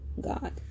God